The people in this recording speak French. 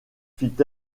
fit